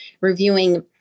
reviewing